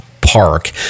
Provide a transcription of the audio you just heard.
park